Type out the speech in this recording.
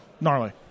Gnarly